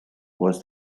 was